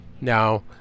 Now